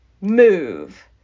move